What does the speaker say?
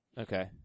Okay